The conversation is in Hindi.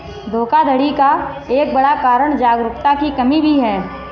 धोखाधड़ी का एक बड़ा कारण जागरूकता की कमी भी है